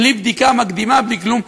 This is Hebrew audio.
בלי בדיקה מקדימה, בלי כלום.